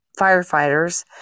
firefighters